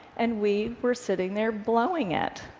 and we were sitting there, blowing it.